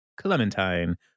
Clementine